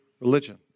religion